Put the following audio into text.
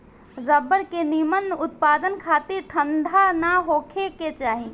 rubber के निमन उत्पदान खातिर ठंडा ना होखे के चाही